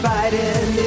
Biden